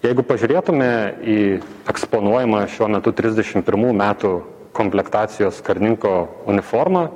jeigu pažiūrėtume į eksponuojamą šiuo metu trisdešim pirmų metų komplektacijos karininko uniformą